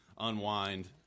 Unwind